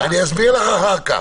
אני אסביר לך אחר כך.